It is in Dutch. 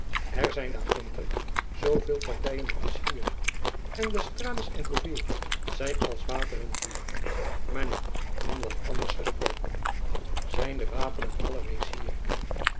er zijn daar ginter zoo wel partyen als hier en d'estrades en gourville zijn als water en vuur maar nu jacob van lennep elizabeth musch van wat anders gesproken zijn de wapenen alle reeds hier